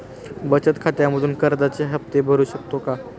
बचत खात्यामधून कर्जाचे हफ्ते भरू शकतो का?